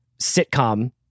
sitcom